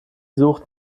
sucht